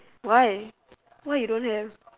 why why you don't have